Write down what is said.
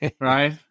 Right